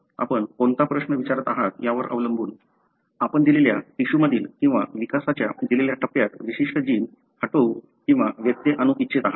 आपण कोणता प्रश्न विचारत आहात यावर अवलंबून आपण दिलेल्या टिश्यूमधील किंवा विकासाच्या दिलेल्या टप्प्यात विशिष्ट जीन हटवू किंवा व्यत्यय आणू इच्छित आहात